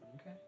Okay